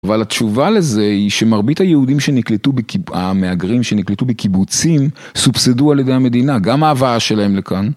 אבל התשובה לזה היא שמרבית היהודים שנקלטו, המהגרים שנקלטו בקיבוצים סובסדו על ידי המדינה, גם ההבאה שלהם לכאן.